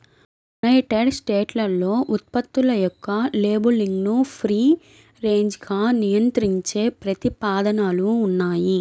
United స్టేట్స్లో ఉత్పత్తుల యొక్క లేబులింగ్ను ఫ్రీ రేంజ్గా నియంత్రించే ప్రతిపాదనలు ఉన్నాయి